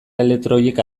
elektroiek